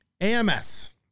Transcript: AMS